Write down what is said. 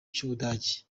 cy’ubugande